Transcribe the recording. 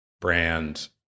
brand